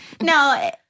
No